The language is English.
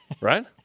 Right